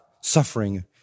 suffering